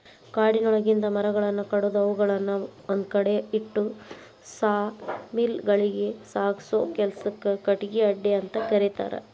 ಕಾಡಿನೊಳಗಿಂದ ಮರಗಳನ್ನ ಕಡದು ಅವುಗಳನ್ನ ಒಂದ್ಕಡೆ ಇಟ್ಟು ಸಾ ಮಿಲ್ ಗಳಿಗೆ ಸಾಗಸೋ ಕೆಲ್ಸಕ್ಕ ಕಟಗಿ ಅಡ್ಡೆಅಂತ ಕರೇತಾರ